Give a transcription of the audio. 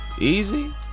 Easy